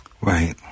right